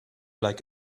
like